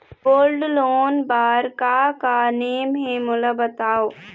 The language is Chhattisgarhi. गोल्ड लोन बार का का नेम हे, मोला बताव?